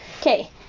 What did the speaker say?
Okay